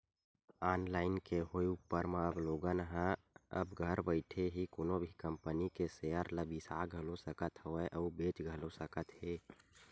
online के होय ऊपर म अब लोगन ह अब घर बइठे ही कोनो भी कंपनी के सेयर ल बिसा घलो सकत हवय अउ बेंच घलो सकत हे